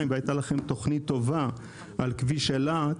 והייתה לכם תוכנית טובה על כביש אילת,